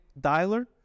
dialer